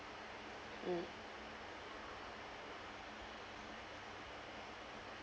mm